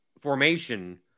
formation